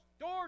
door